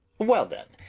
well then.